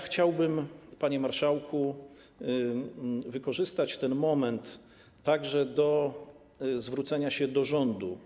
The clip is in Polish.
Chciałbym, panie marszałku, wykorzystać ten moment także na zwrócenie się do rządu.